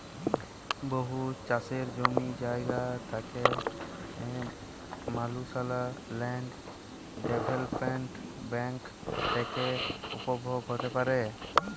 বহুত চাষের জমি জায়গা থ্যাকা মালুসলা ল্যান্ড ডেভেলপ্মেল্ট ব্যাংক থ্যাকে উপভোগ হ্যতে পারে